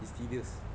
it's tedious